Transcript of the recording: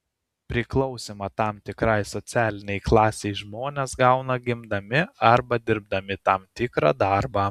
priklausymą tam tikrai socialinei klasei žmonės gauna gimdami arba dirbdami tam tikrą darbą